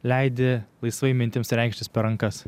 leidi laisvai mintims reikštis per rankas